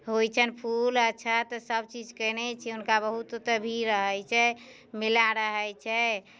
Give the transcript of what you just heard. होइ छनि फूल अक्षत सभचीज केने छी हुनका ओतऽ बहुत भीड़ रहै छै मेला रहै छै